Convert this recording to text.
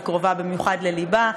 והיא קרובה במיוחד ללבה,